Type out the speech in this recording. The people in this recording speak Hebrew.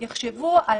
יחשבו על